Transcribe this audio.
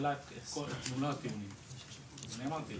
אני אמרתי.